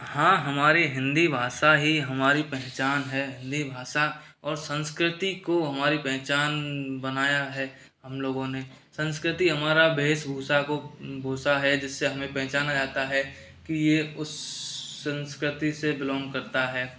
हाँ हमारी हिन्दी भाषा ही हमारी पहचान है हिन्दी भाषा और संस्कृति को हमारी पहचान बनाया है हम लोगों ने संस्कृति हमारा वेशभूषा को भूषा है जिससे हमें पहचाना जाता है कि ये उस संस्कृति से बिलॉंग करता है